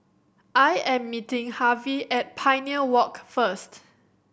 I am meeting Harvy at Pioneer Walk first